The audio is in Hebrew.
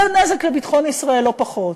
זה נזק לביטחון ישראל, לא פחות.